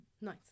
Nice